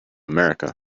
america